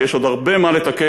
שיש עוד הרבה מה לתקן,